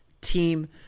team